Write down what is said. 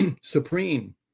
supreme